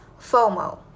FOMO